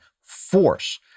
force